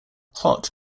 hot